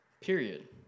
period